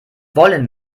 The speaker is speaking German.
wollen